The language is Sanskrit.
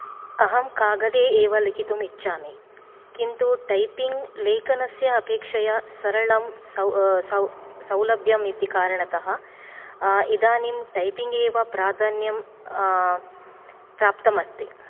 अहं कागदे एव लेखितुम् इच्छामि किन्तु टैपिङ्ग् लेखनस्य अपेक्षया सरलं सौ सौ सौलभ्यम् इति कारणतः इदानीं टैपिंग् एव प्राधान्यं प्राप्तम् अस्ति